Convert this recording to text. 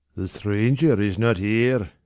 the stranger is not here.